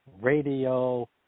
Radio